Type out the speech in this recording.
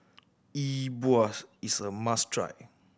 e buas is a must try